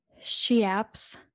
she-apps